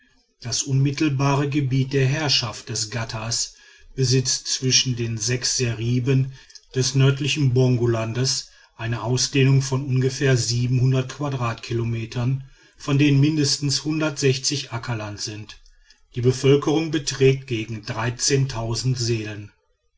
das unmittelbare gebiet der herrschaft des ghattas besitzt zwischen den sechs seriben des nördlichen bongolandes eine ausdehnung von ungefähr quadratkilometern von denen mindestens ackerland sind die bevölkerung beträgt gegen seelen